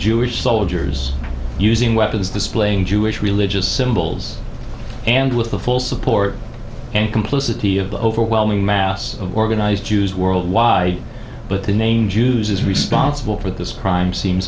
jewish soldiers using weapons displaying jewish religious symbols and with the full support and complicity of the overwhelming mass of organized jews worldwide but the name jews as responsible for this crime seems